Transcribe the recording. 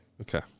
Okay